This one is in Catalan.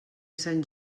sant